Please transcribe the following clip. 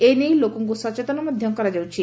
ଏ ନେଇ ଲୋକଙ୍କୁ ସଚେତନ ମଧ୍ଧ କରାଯାଉଛି